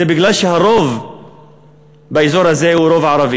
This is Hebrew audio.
זה כי הרוב באזור הזה הוא ערבי.